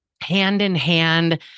hand-in-hand